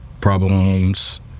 problems